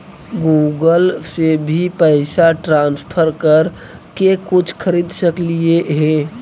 Google से भी पैसा ट्रांसफर कर के कुछ खरिद सकलिऐ हे?